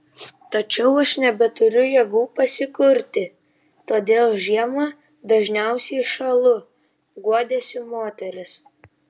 tačiau aš nebeturiu jėgų pasikurti todėl žiemą dažniausiai šąlu guodėsi moteris